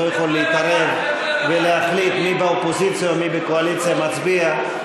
לא יכול להתערב ולהחליט מי באופוזיציה ומי בקואליציה מצביע.